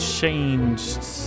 changed